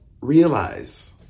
realize